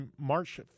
March